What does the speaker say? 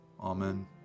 Amen